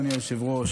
אדוני היושב-ראש,